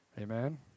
Amen